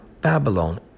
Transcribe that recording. Babylon